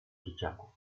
dzieciaków